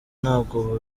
ntabwo